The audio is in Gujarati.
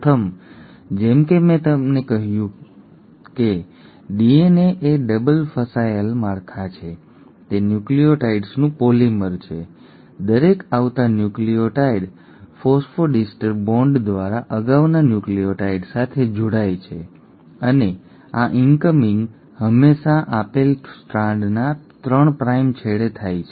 પ્રથમ જેમ કે મેં તમને કહ્યું હતું કે ડીએનએ એ ડબલ ફસાયેલા માળખા છે તે ન્યુક્લિઓટાઇડ્સનું પોલિમર છે દરેક આવતા ન્યુક્લિઓટાઇડ ફોસ્ફોડિસ્ટર બોન્ડ દ્વારા અગાઉના ન્યુક્લિઓટાઇડ સાથે જોડાય છે અને આ ઇનકમિંગ હંમેશા આપેલ સ્ટ્રાન્ડના 3 પ્રાઇમ છેડે થાય છે